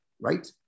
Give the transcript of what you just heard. right